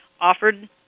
offered